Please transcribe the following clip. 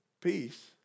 Peace